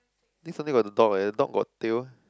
this something got the dog eh the dog got tail